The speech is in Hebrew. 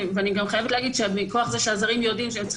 אני גם חייבת להגיד שמכוח זה שהזרים יודעים שהם צריכים